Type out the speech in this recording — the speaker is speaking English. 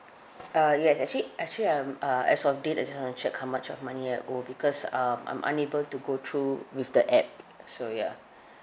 uh yes actually actually I'm uh as of date I just wanna check how much of money I owe because um I'm unable to go through with the app so ya